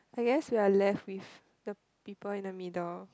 I guess we are left with the people in the middle